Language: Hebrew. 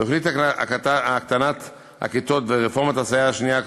תוכנית הקטנת הכיתות ורפורמת הסייעת השנייה,